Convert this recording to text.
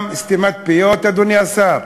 גם סתימת פיות, אדוני השר?